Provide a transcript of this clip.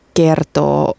kertoo